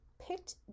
picked